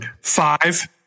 Five